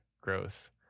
growth